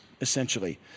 essentially